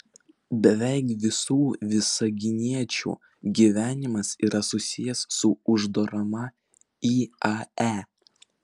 beveik visų visaginiečių gyvenimas yra susijęs su uždaroma iae